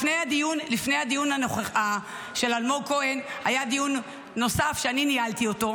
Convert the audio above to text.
לפני הדיון של אלמוג כהן היה דיון נוסף שאני ניהלתי אותו,